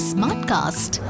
Smartcast